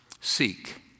seek